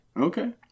Okay